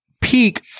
peak